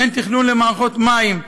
אין תכנון למערכות מים,